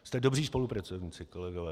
Jste dobří spolupracovníci, kolegové.